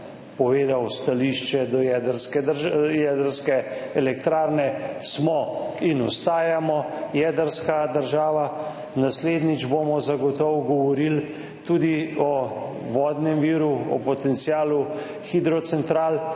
povedal stališče do jedrske elektrarne – smo in ostajamo jedrska država. Naslednjič bomo zagotovo govorili tudi o vodnem viru, o potencialu hidrocentral,